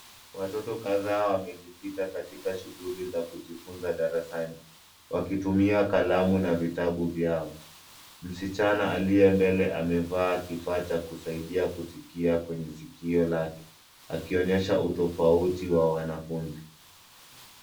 Watoto kadhaa wamejikita katika shughuli za kujifunza darasani, wakitumia kalamu na vitabu vyao. Msichana aliye mbele amevaa kifaa cha kusikia kwenye sikio lake, akionyesha utofauti wa wanafunzi.